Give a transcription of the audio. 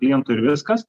klientų ir viskas